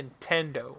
Nintendo